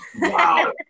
Wow